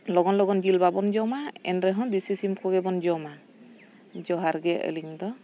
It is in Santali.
ᱞᱚᱜᱚᱱ ᱞᱚᱜᱚᱱ ᱡᱤᱞ ᱵᱟᱵᱚᱱ ᱡᱚᱢᱟ ᱮᱱᱨᱮᱦᱚᱸ ᱫᱮᱥᱤ ᱥᱤᱢ ᱠᱚᱜᱮᱵᱚᱱ ᱡᱚᱢᱟ ᱡᱚᱦᱟᱨ ᱜᱮ ᱟᱹᱞᱤᱧ ᱫᱚ